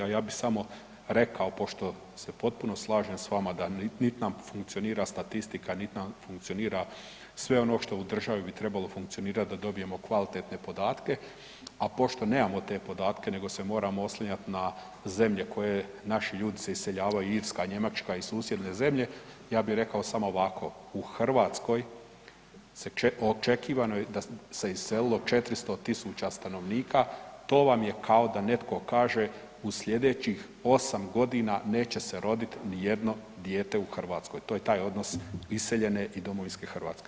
A ja bih samo rekao pošto se potpuno slažem s vama da nit nam funkcionira statistika, nit nam funkcionira sve ono što u državi bi trebalo funkcionirati da dobijemo kvalitetne podatke, a pošto nemamo te podatke nego se moramo oslanjati na zemlje u koje se naši ljudi iseljavaju Irska, Njemačka i susjedne zemlje, ja bih rekao samo ovako, u Hrvatskoj očekivano je da se iselilo 400 tisuća stanovnika, to vam je kao da netko kaže u sljedećih osam godina neće se roditi nijedno dijete u Hrvatskoj, to je taj odnos iseljene i domovinske Hrvatske.